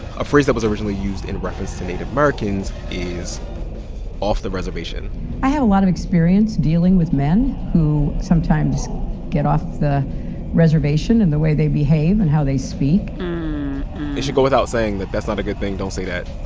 a phrase that was originally used in reference to native americans is off the reservation i have a lot of experience dealing with men who sometimes get off the reservation in the way they behave and how they speak it should go without saying that that's not a good thing. don't say that.